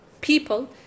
People